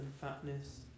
fatness